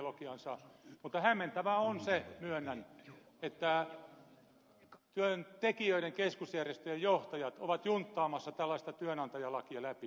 mutta hämmentävää on se myönnän että työntekijöiden keskusjärjestöjen johtajat ovat junttaamassa tällaista työnantajalakia läpi